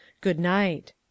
good-night